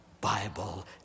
Bible